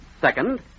Second